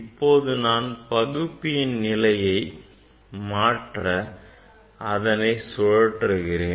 இப்போது நான் பகுப்பியின் நிலையை மாற்ற அதனை சுழற்றுகிறேன்